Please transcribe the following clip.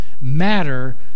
matter